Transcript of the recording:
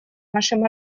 нашим